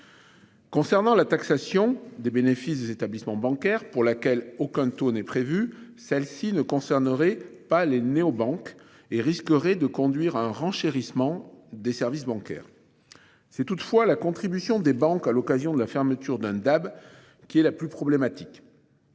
Concernant la taxation des bénéfices des établissements bancaires pour laquelle aucun taux n'est prévue, celles-ci ne concernerait pas les néobanques et risquerait de conduire à un renchérissement des services bancaires. C'est toutefois la contribution des banques à l'occasion de la fermeture d'un DAB qui est la plus problématique.